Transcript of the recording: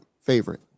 favorite